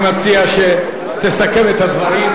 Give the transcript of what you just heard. אני מציע שתסכם את הדברים.